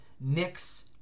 Knicks